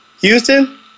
Houston